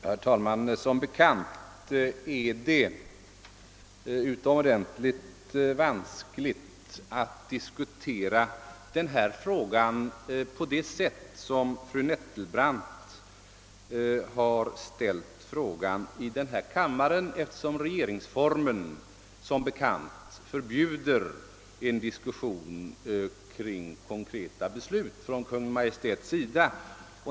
Herr talman! Som bekant är det utomordentligt vanskligt att diskutera den här frågan på det sätt som fru Nettelbrandt nu gjort här i kammaren, eftersom ju regeringsformen förbjuder en diskussion om konkreta beslut av Kungl. Maj:t.